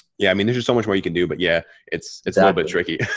yeah, i mean, there's so much more you can do. but yeah, it's it's ah a bit tricky.